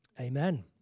Amen